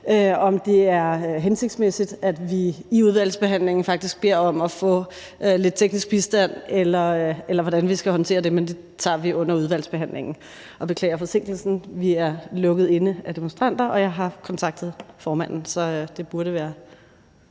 om det er hensigtsmæssigt, at vi i udvalgsbehandlingen beder om at få lidt teknisk bistand, eller hvordan vi skal håndtere det, men det tager vi under udvalgsbehandlingen. Jeg beklager forsinkelsen. Vi er lukket inde af demonstranter, og jeg har kontaktet formanden, så det burde være